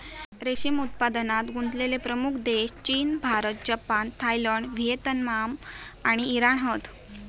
रेशीम उत्पादनात गुंतलेले प्रमुख देश चीन, भारत, जपान, थायलंड, व्हिएतनाम आणि इराण हत